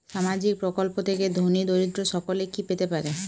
সামাজিক প্রকল্প থেকে ধনী দরিদ্র সকলে কি পেতে পারে?